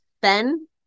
Ben